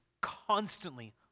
constantly